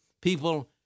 People